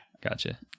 gotcha